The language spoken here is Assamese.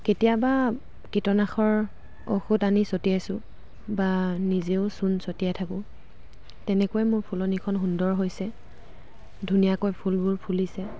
কেতিয়াবা কীটনাশৰ ঔষধ আনি ছটিয়াইছোঁ বা নিজেও চূণ ছটিয়াই থাকোঁ তেনেকৈয়ে মোৰ ফুলনিখন সুন্দৰ হৈছে ধুনীয়াকৈ ফুলবোৰ ফুলিছে